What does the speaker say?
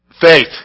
Faith